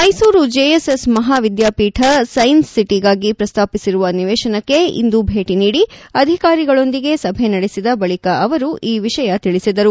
Mysuru JSS Mahavidyapeetha science ಸಿಟಿಗಾಗಿ ಪ್ರಸ್ತಾಪಿಸಿರುವ ನಿವೇಶನಕ್ಕೆ ಇಂದು ಭೇಟಿ ನೀಡಿ ಅಧಿಕಾರಿಗಳೊಂದಿಗೆ ಸಭೆ ನಡೆಸಿದ ಬಳಿಕ ಅವರು ಈ ವಿಷಯ ತಿಳಿಸಿದರು